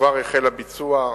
כבר החל הביצוע,